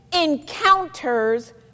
encounters